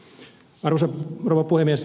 arvoisa rouva puhemies